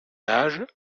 âge